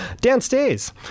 downstairs